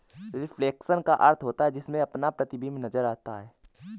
reflection का अर्थ होता है जिसमें अपना प्रतिबिंब नजर आता है